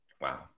Wow